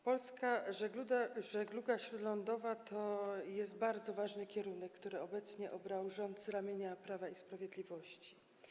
Polska żegluga śródlądowa to jest bardzo ważny kierunek, który obecnie obrał rząd z ramienia Prawa i Sprawiedliwości.